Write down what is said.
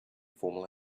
formal